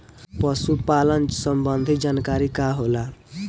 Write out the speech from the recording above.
पशु पालन संबंधी जानकारी का होला?